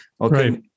Okay